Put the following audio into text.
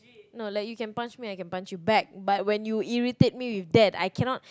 no like you can punch me I can punch you back but when you irritate me with that I cannot